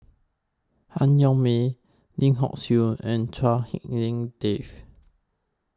Han Yong May Lim Hock Siew and Chua Hak Lien Dave